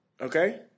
Okay